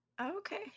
okay